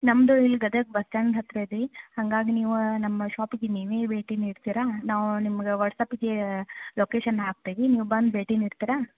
ನಮ್ಮದು ಇಲ್ಲಿ Gadag bus stand ಹತ್ತಿರ ಇದೆ ಹಂಗಾಗಿ ನೀವು ನಮ್ಮ ಷಾಪಿಗೆ ನೀವೇ ಭೇಟಿ ನೀಡ್ತೀರಾ ನಾವು ನಿಮ್ಗೆ ವಾಟ್ಸ್ಆ್ಯಪಿಗೆ ಲೊಕೇಶನ್ ಹಾಕ್ತೀವಿ ನೀವು ಬಂದು ಭೇಟಿ ನೀಡ್ತೀರಾ